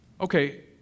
Okay